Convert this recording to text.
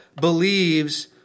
believes